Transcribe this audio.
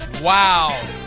Wow